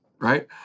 Right